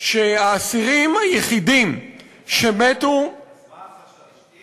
שהאסירים היחידים שמתו, אז מה החשש?